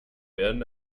werden